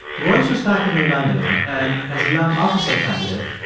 royce was back in new london, and as a young officer candidate,